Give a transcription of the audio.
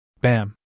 Bam